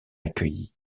accueillies